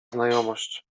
znajomość